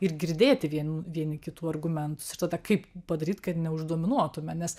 ir girdėti vienų vieni kitų argumentus ir tada kaip padaryt kad ne už dominuotume nes